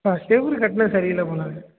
அப்போ சுவுரு கட்டினது சரி இல்லை போல்